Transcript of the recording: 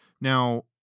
Now